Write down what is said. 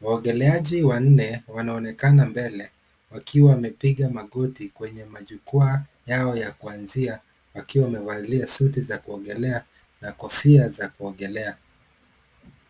Waogeleaji wanne wanaonekana mbele wakiwa wamepiga magoti kwenye majukwaa yao ya kuanzia wakiwa wamevalia suti ya kuogelea na kofia za kuogelea.